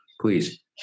please